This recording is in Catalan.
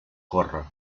corre